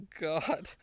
God